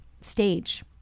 stage